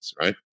right